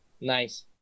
nice